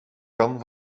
kan